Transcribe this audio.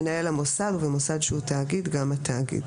מנהל המוסד ובמוסד שהוא תאגיד גם התאגיד.